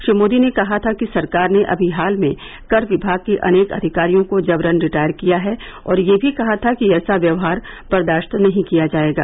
श्री मोदी ने कहा था कि सरकार ने अमी हाल में कर विमाग के अनेक अधिकारियों को जबरन रिटायर किया है और यह भी कहा था कि ऐसा व्यवहार बर्दाश्त नहीं किया जाएगा